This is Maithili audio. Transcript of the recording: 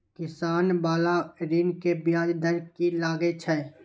किसान बाला ऋण में ब्याज दर कि लागै छै?